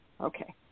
Okay